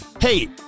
hey